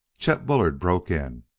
chet bullard broke in,